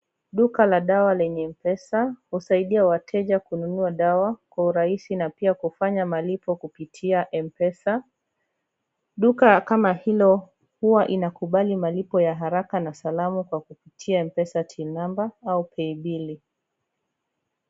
Duka la dawa lenye Mpesa usaidia wateja kununua dawa kwa urahisi na pia kufanya malipo kupitia Mpesa, duka kama hilo uwabinakubali malipo ya haraka na salama kupitia Mpesa till number (cs) au paybill (cs).